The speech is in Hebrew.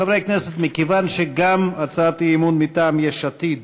חברי כנסת, מכיוון שגם הצעת האי-אמון מטעם יש עתיד